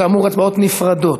כאמור, ההצבעות נפרדות.